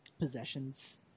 possessions